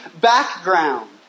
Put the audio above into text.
background